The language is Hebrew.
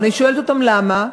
ואני שואלת אותם: למה?